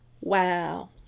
Wow